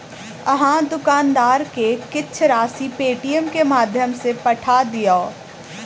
अहाँ दुकानदार के किछ राशि पेटीएमम के माध्यम सॅ पठा दियौ